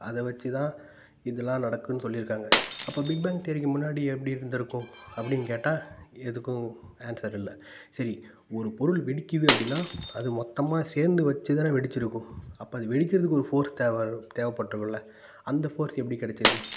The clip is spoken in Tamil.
அதை வச்சு தான் இதெல்லாம் நடக்குதுன்னு சொல்லிருக்காங்க அப்போ பிக் பேங் தியரிக்கு முன்னாடி எப்படி இருந்துருக்கும் அப்படின்னு கேட்டால் எதுக்கும் ஆன்ஸர் இல்லை சரி ஒரு பொருள் வெடிக்குது அப்படின்னா அது மொத்தமாக சேர்ந்து வச்சுதான வெடிச்சிருக்கும் அப்போ அது வெடிக்கின்றதுக்கு ஒரு ஃபோர்ஸ் தேவை தேவைப்பட்டிருக்கும்ல அந்த ஃபோர்ஸ் எப்படி கிடச்சிது